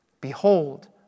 behold